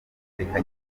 reka